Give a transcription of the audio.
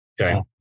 Okay